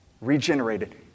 regenerated